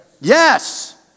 Yes